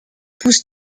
pousse